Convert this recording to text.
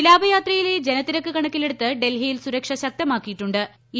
വിലാപയാത്രയിലെ ജനത്തിരക്ക് കണക്കിലെടുത്ത് ഡൽഹിയിൽ സുരക്ഷ ശക്തമാക്കിയിട്ടു ്